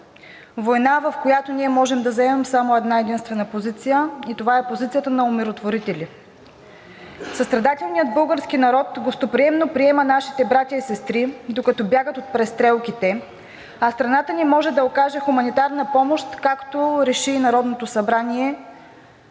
война, в която ние можем да заемем само една-единствена позиция, и това е позицията на омиротворители. Състрадателният български народ гостоприемно приема нашите братя и сестри, докато бягат от престрелките, а страната ни може да окаже хуманитарна помощ, както реши и Народното събрание